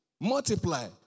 multiply